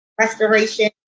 restoration